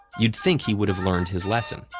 you'd think he would've learned his lesson,